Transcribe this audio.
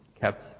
kept